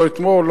לא אתמול,